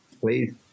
please